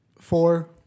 four